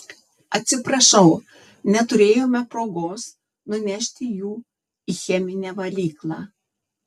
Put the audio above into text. atsiprašau neturėjome progos nunešti jų į cheminę valyklą